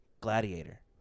Gladiator